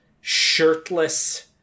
shirtless